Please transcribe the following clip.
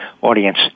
audience